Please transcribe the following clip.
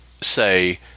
say